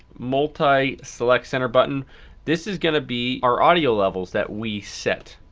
multi select center button this is gonna be our audio levels that we set.